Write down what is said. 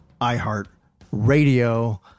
iHeartRadio